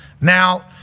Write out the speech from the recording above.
Now